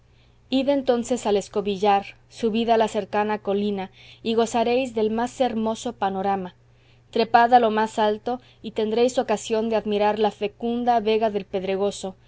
mil flores campesinas id entonces al escobillar subid a la cercana colina y gozaréis del más hermoso panorama trepad a lo más alto y tendréis ocasión de admirar la fecunda vega del pedregoso